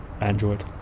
android